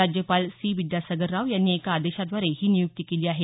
राज्यपाल सी विद्यासागर राव यांनी एका आदेशाद्वारे ही नियुक्ती केली आहे